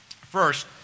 First